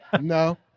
no